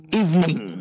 evening